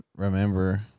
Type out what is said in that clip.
remember